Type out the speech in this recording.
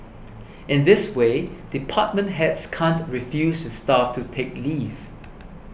in this way department heads can't refuse their staff to take leave